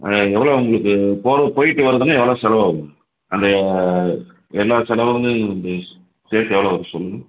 எவ்வளோ உங்களுக்கு போகிற போய்ட்டு வர்றதுனால் எவ்வளோ செலவாகும் அந்த எல்லா செலவுகளும் நீங்கள் சேர்த்து எவ்வளோ வரும் சொல்லுங்கள்